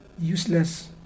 useless